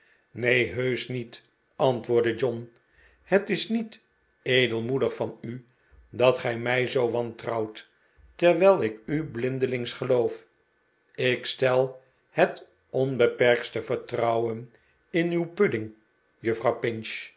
neen heusch niet antwoordde john het is niet edelmoedig van u dat gij mij zoo wantrouwt terwijl ik u blindelings geloof ik st el het onbeperktste vertrouwen in uw pudding juffrouw